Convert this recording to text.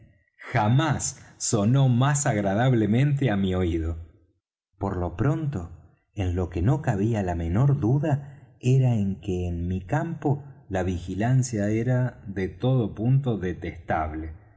jamás sonó más agradablemente á mi oído por lo pronto en lo que no cabía la menor duda era en que en mi campo la vigilancia era de todo punto detestable